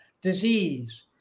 disease